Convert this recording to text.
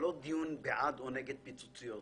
עוד שניים